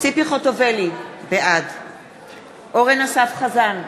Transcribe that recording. ציפי חוטובלי, בעד אורן אסף חזן,